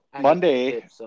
Monday